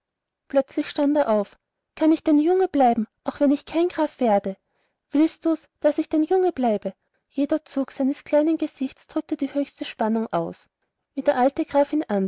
plötzlich stand er auf kann ich dein junge bleiben auch wenn ich kein graf werde willst du's daß ich dein junge bleibe jeder zug des kleinen gesichts drückte die höchste spannung aus wie der alte graf ihn